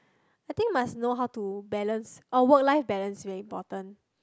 I think must know how to balance our work life balance very important